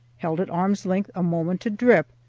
held at arm's length a moment to drip,